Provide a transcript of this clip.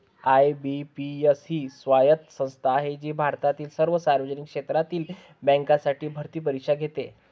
IBPS ही स्वायत्त संस्था आहे जी भारतातील सर्व सार्वजनिक क्षेत्रातील बँकांसाठी भरती परीक्षा घेते